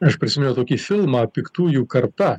aš prisiminiau tokį filmą piktųjų karta